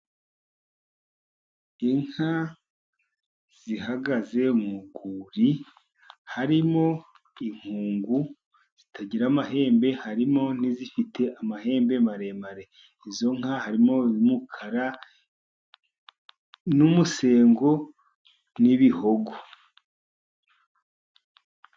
Inka zihagaze mu rwuri harimo inkungu zitagira amahembe, harimo n'izifite amahembe maremare. Izo nka harimo umukara n'umusengo n'ibihogo.